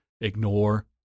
Ignore